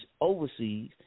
overseas